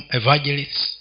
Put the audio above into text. evangelists